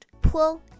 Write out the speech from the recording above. pull